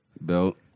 belt